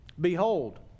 Behold